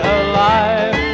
alive